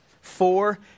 four